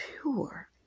pure